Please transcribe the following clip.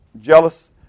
jealous